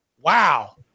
Wow